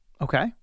Okay